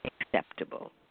acceptable